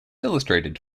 illustrated